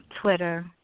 Twitter